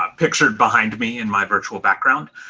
um pictured behind me in my virtual background.